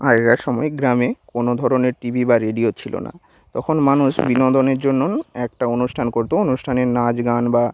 আগেকার সময় গ্রামে কোনো ধরনের টি ভি বা রেডিও ছিলো না তখন মানুষ বিনোদনের জন্য একটা অনুষ্ঠান করতো অনুষ্ঠানে নাচ গান বা